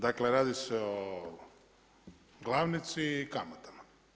Dakle radi se o glavnici i kamatama.